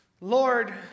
Lord